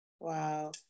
wow